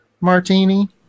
martini